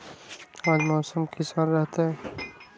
आज मौसम किसान रहतै?